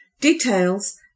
Details